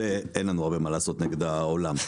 אין לנו הרבה מה לעשות נגד העולם.